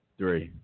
three